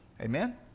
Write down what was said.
Amen